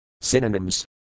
Synonyms